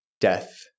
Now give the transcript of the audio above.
death